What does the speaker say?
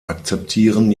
akzeptierten